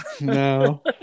No